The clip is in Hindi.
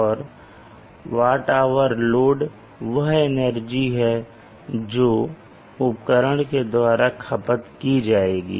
और WHload वह एनर्जी है जो उपकरण के द्वारा खपत की जाएगी